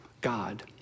God